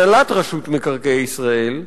הנהלת רשות מקרקעי ישראל,